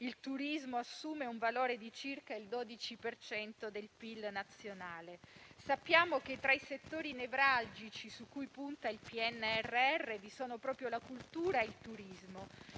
il turismo assume un valore di circa il 12 del PIL nazionale. Sappiamo che tra i settori nevralgici su cui punta il PNRR vi sono proprio la cultura e il turismo.